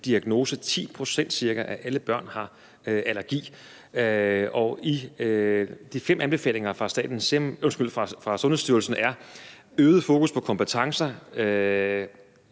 at ca. 10 pct. af alle børn har allergi, og de fem anbefalinger fra Sundhedsstyrelsen er: øget fokus på kompetencer